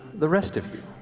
the rest of you